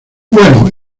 bueno